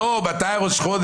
לא, מתי הראש-חודש?